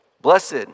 Blessed